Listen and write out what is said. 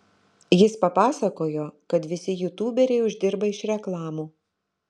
jis pasakojo kad visi jutuberiai uždirba iš reklamų